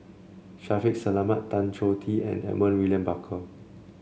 Shaffiq Selamat Tan Choh Tee and Edmund William Barker